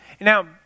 Now